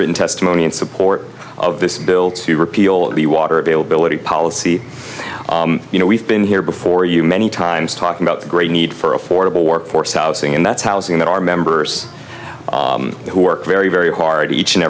written testimony in support of this bill to repeal of the water availability policy you know we've been here before you many times talking about the great need for affordable workforce housing and that's housing that our members who work very very hard each and